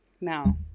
Now